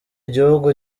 igihugu